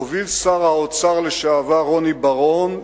הוביל שר האוצר לשעבר רוני בר-און,